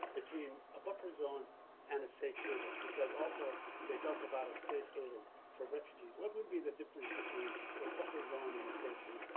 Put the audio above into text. between a buffer zone and a safe haven? because also they talk about a safe haven for refugees. what would be the difference between a buffer zone and a safe